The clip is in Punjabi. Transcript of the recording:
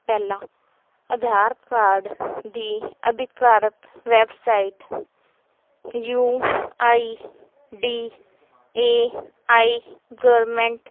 ਪਹਿਲਾ ਆਧਾਰ ਕਾਰਡ ਦੀ ਅਧਿਕਾਰਿਤ website U I D A I government